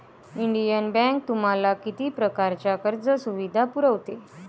Indian bank तुम्हाला किती प्रकारच्या कर्ज सुविधा पुरवते?